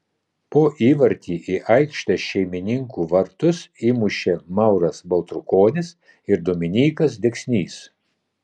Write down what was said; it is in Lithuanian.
po įvartį į aikštės šeimininkų vartus įmušė mauras baltrukonis ir dominykas deksnys